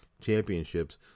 championships